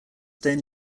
then